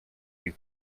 you